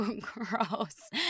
gross